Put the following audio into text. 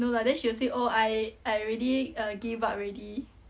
no lah then she will say oh I I already err give up already